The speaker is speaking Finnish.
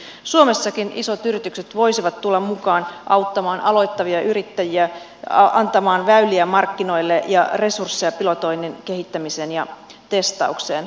suomessakin isot yritykset voisivat tulla mukaan auttamaan aloittavia yrittäjiä antamaan väyliä markkinoille ja resursseja pilotoinnin kehittämiseen ja testaukseen